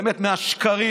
באמת, עם השקרים.